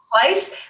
place